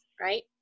Right